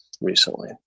recently